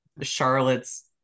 Charlotte's